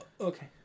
Okay